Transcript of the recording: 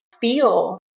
feel